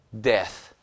Death